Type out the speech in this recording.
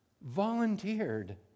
volunteered